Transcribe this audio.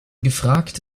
gefragt